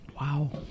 Wow